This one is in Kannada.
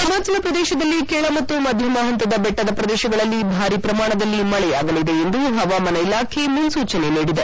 ಹಿಮಾಚಲ ಪ್ರದೇಶದಲ್ಲಿ ಕೆಳ ಮತ್ತು ಮಧ್ಯಮ ಪಂತದ ದೆಟ್ಲದ ಪ್ರದೇಶಗಳಲ್ಲಿ ಭಾರಿ ಪ್ರಮಾಣದಲ್ಲಿ ಮಳೆಯಾಗಲಿದೆ ಎಂದು ಪವಾಮಾನ ಇಲಾಖೆ ಮುನ್ನೂಚನೆ ನೀಡಿದೆ